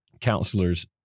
counselors